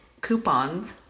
coupons